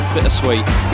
Bittersweet